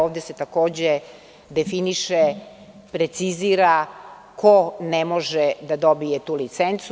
Ovde se, takođe, definiše, precizira ko ne može da dobije tu licencu.